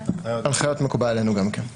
הנחיות מקובל עלינו גם כן.